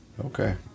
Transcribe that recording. okay